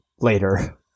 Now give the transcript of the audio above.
later